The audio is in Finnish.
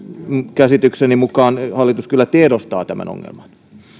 käsitykseni mukaan hallitus kyllä tiedostaa tämän ongelman ja